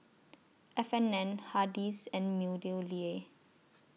F and N Hardy's and Meadowlea